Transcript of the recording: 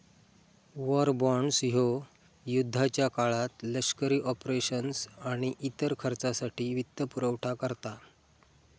war bonds ह्यो युद्धाच्या काळात लष्करी ऑपरेशन्स आणि इतर खर्चासाठी वित्तपुरवठा करता